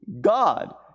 God